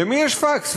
למי יש פקס?